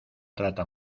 trata